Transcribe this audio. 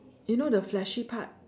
you know the fleshy part